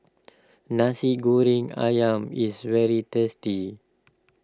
Nasi Goreng Ayam is very tasty